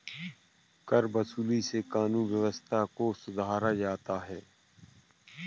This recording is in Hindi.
करवसूली से कानूनी व्यवस्था को सुधारा जाता है